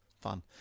fun